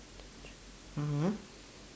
(uh huh)